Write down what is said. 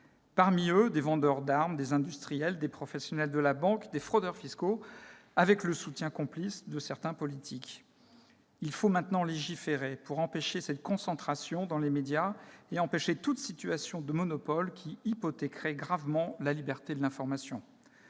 Parmi eux, des vendeurs d'armes, des industriels, des professionnels de la banque et des fraudeurs fiscaux, avec le soutien complice de certains politiques. Il faut maintenant légiférer pour empêcher cette concentration dans les médias et empêcher toute situation de monopole qui hypothéquerait gravement la liberté de l'information.